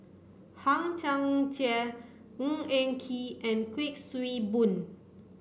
Hang Chang Chieh Ng Eng Kee and Kuik Swee Boon